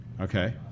Okay